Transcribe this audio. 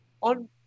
On